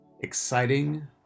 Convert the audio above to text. exciting